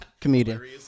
comedian